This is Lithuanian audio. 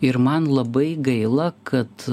ir man labai gaila kad